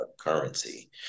currency